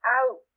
out